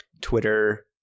Twitter